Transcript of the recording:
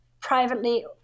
privately